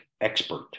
expert